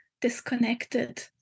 disconnected